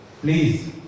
please